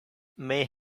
may